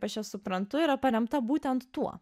aš ją suprantu yra paremta būtent tuo